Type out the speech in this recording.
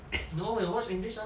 no I got watch english ah